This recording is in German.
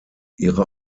ihre